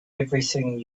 everything